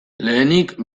lehenik